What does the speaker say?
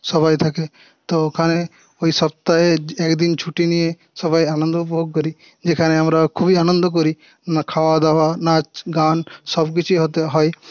সবাই থাকে তো ওখানে ওই সপ্তাহে একদিন ছুটি নিয়ে সবাই আনন্দ উপভোগ করি যেখানে আমরা খুবই আনন্দ করি না খাওয়া দাওয়া নাচ গান সবকিছুই ওতে হয়